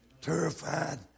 terrified